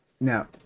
Now